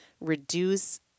Reduce